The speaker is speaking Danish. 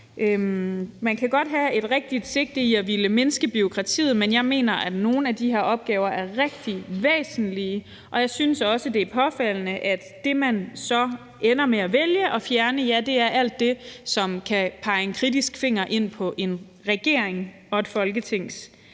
Man kan godt tage et rigtigt sigte mod at ville mindske bureaukratiet, men jeg mener, at nogle af de her opgaver er rigtig væsentlige, og jeg synes også, at det er påfaldende, at det, man så ender med at vælge at fjerne, er alt det, som kan pege på noget kritisk i forhold til en regerings og et Folketings